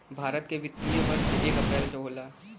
भारत के वित्तीय वर्ष एक अप्रैल से होला